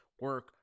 Work